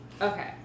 Okay